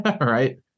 right